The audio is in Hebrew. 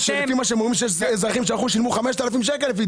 אזרחים שילמו 5,000 שקל.